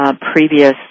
Previous